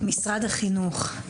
משרד החינוך,